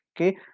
okay